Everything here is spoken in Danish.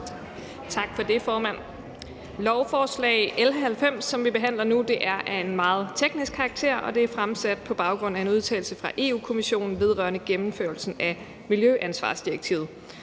Tak for det, formand. Lovforslag L 90, som vi behandler nu, er af meget teknisk karakter, og det er fremsat på baggrund af en udtalelse fra Europa-Kommissionen vedrørende gennemførelsen af miljøansvarsdirektivet.